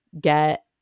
get